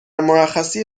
مرخصی